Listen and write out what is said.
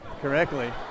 correctly